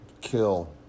kill